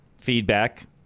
feedback